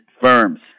firms